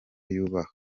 yubaha